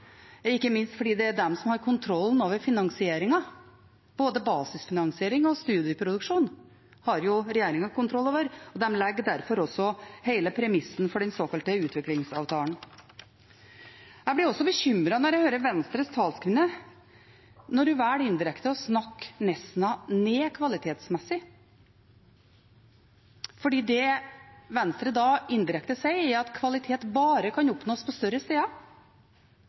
er de som har kontrollen over finansieringen. Både basisfinansiering og studieproduksjon har regjeringen kontroll over, og de legger derfor også hele premissen for den såkalte utviklingsavtalen. Jeg blir også bekymret når jeg hører Venstres talskvinne, når hun velger indirekte å snakke Nesna ned kvalitetsmessig. For det Venstre da indirekte sier, er at kvalitet bare kan oppnås på større steder.